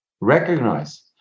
Recognize